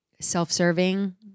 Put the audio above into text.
self-serving